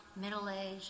middle-aged